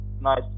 nice